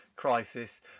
crisis